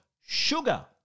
sugar